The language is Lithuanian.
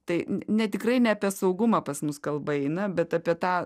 tai ne tikrai ne apie saugumą pas mus kalba eina bet apie tą